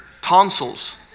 tonsils